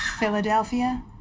Philadelphia